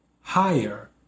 higher